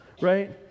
right